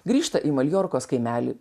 grįžta į maljorkos kaimelį